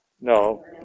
No